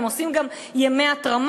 הם גם עושים ימי התרמה,